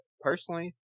personally